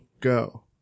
go